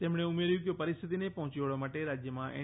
તેમણે ઉમેર્યુ કે પરિસ્થિતીને પહોંચી વળવા માટે રાજ્યમાં એન